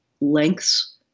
lengths